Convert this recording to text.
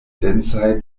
densaj